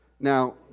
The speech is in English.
Now